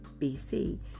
BC